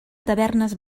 tavernes